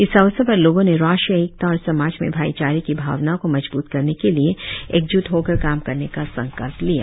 इस अवसर पर लोगों ने राष्ट्रीय एकता और समाज में भाईचारे की भावना को मजबूत करने के लिए एकज्ट होकर काम करने का संकल्प लिया